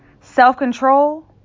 Self-control